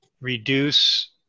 reduce